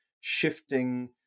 shifting